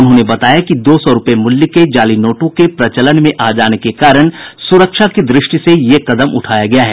उन्होंने बताया कि दो सौ रूपये मूल्य के जाली नोटों के प्रचलन में आ जाने के कारण सुरक्षा की दृष्टि से यह कदम उठाया गया है